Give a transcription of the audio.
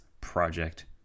project